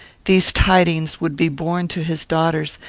these tidings would be borne to his daughters,